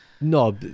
no